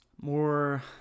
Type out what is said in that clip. more